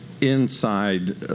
inside